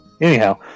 anyhow